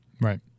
Right